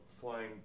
flying